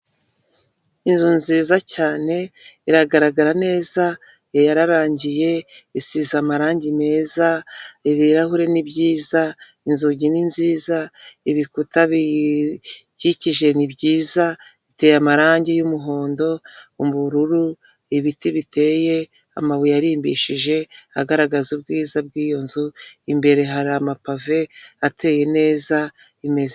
Inzu nziza cyane iragaragara neza yararangiye, isize amarangi meza, ibirahuri ni byiza, inzugi ni nziza, ibikuta biyikikije ni byiza biteye amarangi y'umuhondo n'ubururu, ibiti biteye amabuye arimbishije agaragaza ubwiza bw'iyo nzu, imbere hari amapave ateye neza imeze.